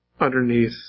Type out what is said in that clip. underneath